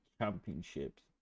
Championships